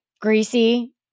Greasy